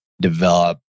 develop